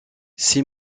six